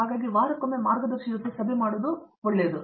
ಹಾಗಿದ್ದರೂ ವಾರಕ್ಕೊಮ್ಮೆ ಮಾರ್ಗದರ್ಶಿಯ ಸಭೆ ನಾನು ಹೇಳುವದು